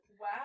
Wow